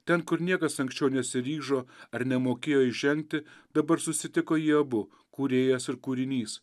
ten kur niekas anksčiau nesiryžo ar nemokėjo įžengti dabar susitiko jie abu kūrėjas ir kūrinys